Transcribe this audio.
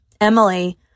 Emily